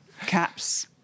Caps